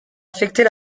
affecter